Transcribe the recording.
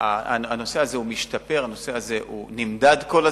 הנושא הזה משתפר ונמדד כל הזמן,